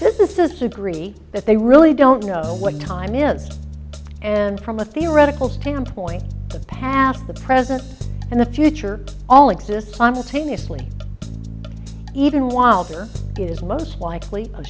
this is so greedy that they really don't know what time is and from a theoretical standpoint the past the present and the future all exist simultaneously even wilder it is most likely a